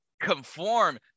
conform